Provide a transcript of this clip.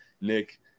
Nick